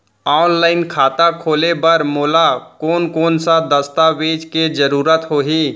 Online खाता खोले बर मोला कोन कोन स दस्तावेज के जरूरत होही?